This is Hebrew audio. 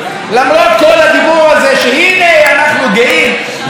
אנחנו גאים בהפרדת הרשויות במדינת ישראל.